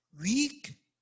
Weak